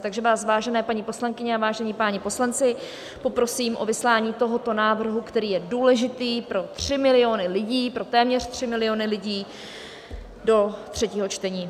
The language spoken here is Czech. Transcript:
Takže vás, vážené paní poslankyně a vážení páni poslanci, poprosím o vyslání tohoto návrhu, který je důležitý pro tři miliony lidí, pro téměř tři miliony lidí, do třetího čtení.